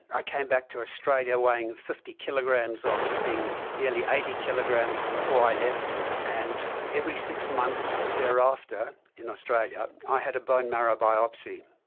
i came back to australia weighing fifty kilograms after being nearly eighty kilograms before i left. and every six months thereafter in australia i had a bone marrow biopsy.